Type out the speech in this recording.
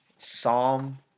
Psalm